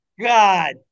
God